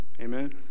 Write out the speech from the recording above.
amen